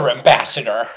Ambassador